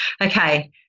okay